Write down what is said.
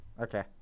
Okay